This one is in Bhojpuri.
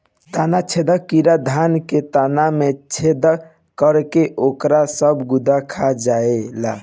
तना छेदक कीड़ा धान के तना में छेद करके ओकर सब गुदा खा जाएला